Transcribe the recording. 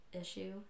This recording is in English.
issue